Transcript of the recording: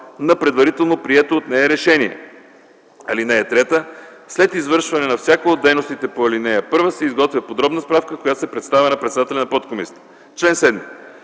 на предварително прието от нея решение. (3) След извършване на всяка от дейностите по ал. 1 се изготвя подробна справка, която се представя на председателя на подкомисията. Чл. 7.